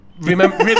remember